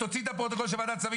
תוציאי את הפרוטוקול של ועדת הכספים,